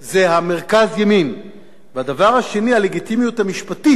הדבר השני, הלגיטימיות המשפטית לכל הסדר,